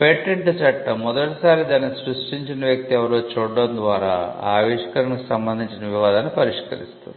patent చట్టం మొదటిసారి దాన్ని సృష్టించిన వ్యక్తి ఎవరో చూడటం ద్వారా ఆ ఆవిష్కరణకు సంబంధించిన వివాదాన్ని పరిష్కరిస్తుంది